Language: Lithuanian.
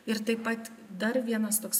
ir taip pat dar vienas toks